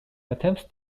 attempts